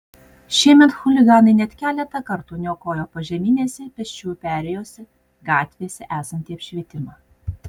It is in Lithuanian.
šiemet chuliganai net keletą kartų niokojo požeminėse pėsčiųjų perėjose gatvėse esantį apšvietimą